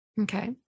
Okay